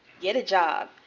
get a job,